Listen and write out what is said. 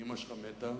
ואמא שלך מתה